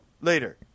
later